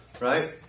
Right